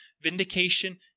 vindication